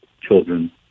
children